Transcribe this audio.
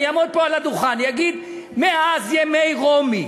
אני אעמוד פה על הדוכן ואגיד: מאז ימי רומי,